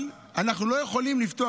אבל אנחנו לא יכולים לפתוח,